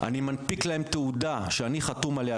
אני מנפיק להם תעודה שאני חתום עליה,